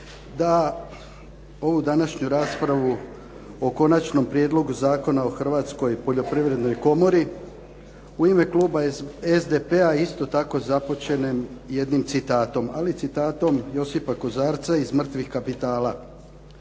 da ovu današnju raspravu o Konačnom prijedlogu zakona o Hrvatskoj poljoprivrednoj komori u ime kluba SDP-a isto tako započnem jednim citatom, ali citatom Josipa Kozarca iz "Mrtvih kapitala"